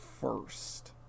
first